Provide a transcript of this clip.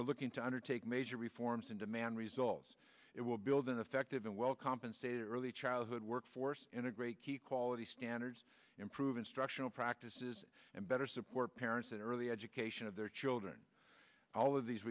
are looking to undertake major reforms and demand results it will build an effective and well compensated early childhood workforce integrate key quality standards improve instructional practices and better support parents and early education of their children all of these